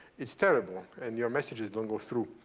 it's terrible and your messages don't go through.